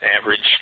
average